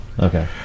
Okay